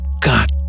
God